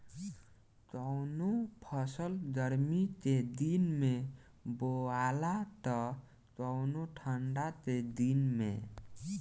कवनो फसल गर्मी के दिन में बोआला त कवनो ठंडा के दिन में